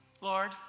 Lord